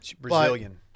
Brazilian